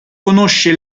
conosce